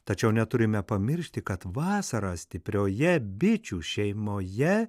tačiau neturime pamiršti kad vasarą stiprioje bičių šeimoje